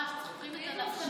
ממש צריכים את זה נפשית.